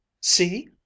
see